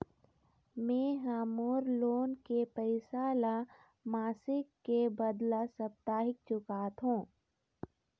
में ह मोर लोन के पैसा ला मासिक के बदला साप्ताहिक चुकाथों